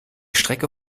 strecke